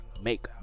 make